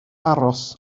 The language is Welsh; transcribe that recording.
aros